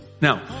Now